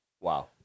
Wow